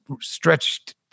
stretched